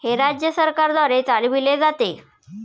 हे राज्य सरकारद्वारे चालविले जाते